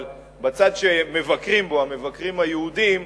אבל בצד שמבקרים בו המבקרים היהודים,